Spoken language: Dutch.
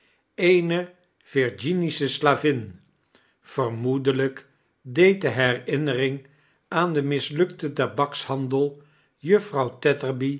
eene virgihigche slavin vermoedelijk deed de herinnering aan den mislukten tabaksbandel juffrouw